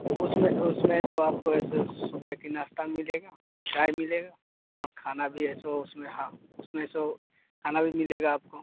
उसमें उसमें सो आपको ऐसे सुबह के नाश्ता मिलेगा चाय मिलेगा और खाना भी ऐसो उसमें हाँ उसमें सो खाना भी मिलेगा आपको